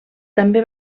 també